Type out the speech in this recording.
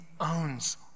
owns